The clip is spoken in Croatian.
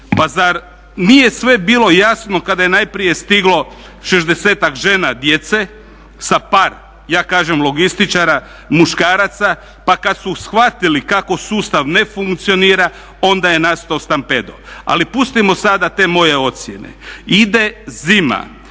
Pa zar nije sve bilo jasno kada je najprije stiglo 60-ak žena, djece sa par, ja kažem logističara, muškaraca, pa kad su shvatili kako sustav ne funkcionira onda je nastao stampedo. Ali pustimo sada te moje ocjene. Ide zima,